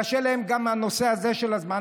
קשה להם גם הנושא הזה של הזמן.